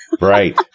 Right